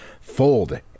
fold